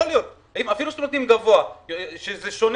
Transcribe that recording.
יכול להיות אפילו שנותנים גבוה שזה שונה,